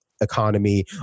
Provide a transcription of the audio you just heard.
economy